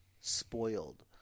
spoiled